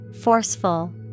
Forceful